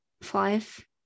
five